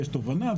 ויש תובנה,